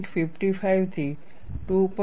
55 થી 2